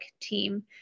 team